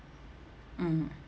mm